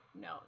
no